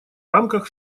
рамках